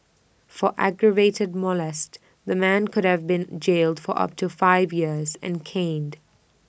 for aggravated molest the man could have been jailed for up to five years and caned